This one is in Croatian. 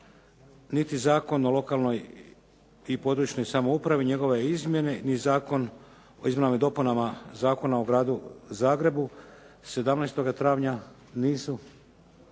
niti Zakon o lokalnoj i područnoj samoupravi, njegove izmjene ni Zakon o izmjenama i dopunama Zakona o Gradu Zagrebu 17. travnja nisu